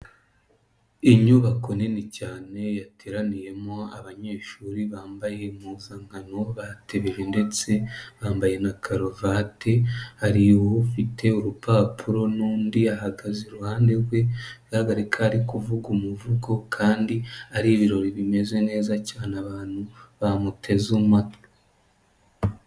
Inyubako nini cyane yateraniyemo abanyeshuri bambaye impuzankano batebeje ndetse bambaye na karuvatie hari ufite urupapuro n'undi ahagaze iruhande rwe, bigaragare ko ari kuvuga umuvugo kandi ari ibirori bimeze neza cyane, abantu bamuteze amatwi.